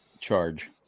charge